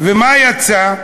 ומה יצא?